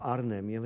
Arnhem